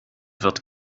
wird